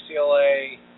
UCLA